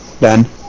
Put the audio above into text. Ben